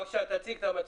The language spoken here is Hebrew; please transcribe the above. בבקשה, תציג את המצגת.